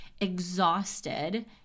exhausted